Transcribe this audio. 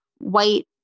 white